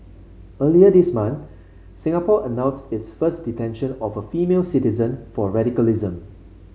earlier this month Singapore announced its first detention of a female citizen for radicalism